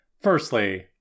Firstly